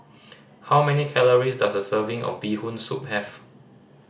how many calories does a serving of Bee Hoon Soup have